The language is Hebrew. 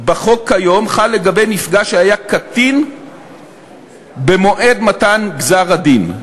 חל על נפגע שהיה קטין במועד מתן גזר-הדין.